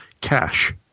cash